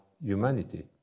humanity